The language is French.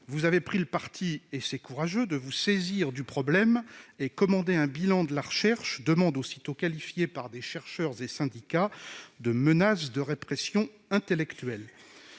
Vous avez pris le parti- et c'est courageux -de vous saisir du problème, et vous avez commandé un bilan de la recherche, demande aussitôt qualifiée par des chercheurs et syndicats de « menace de répression intellectuelle